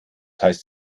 heißt